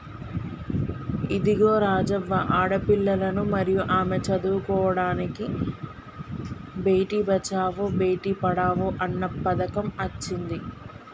ఇదిగో రాజవ్వ ఆడపిల్లలను మరియు ఆమె చదువుకోడానికి బేటి బచావో బేటి పడావో అన్న పథకం అచ్చింది